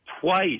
twice